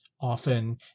often